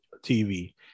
TV